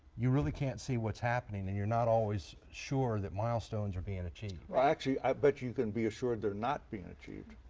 you really can't see what's happening and you're not always sure that milestones are being achieved. jim actually i bet you can be assured they're not being achieved.